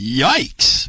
yikes